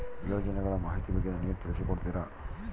ಯೋಜನೆಗಳ ಮಾಹಿತಿ ಬಗ್ಗೆ ನನಗೆ ತಿಳಿಸಿ ಕೊಡ್ತೇರಾ?